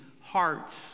hearts